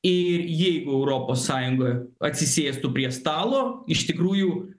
ir jeigu europos sąjungoj atsisėstų prie stalo iš tikrųjų